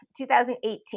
2018